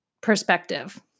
perspective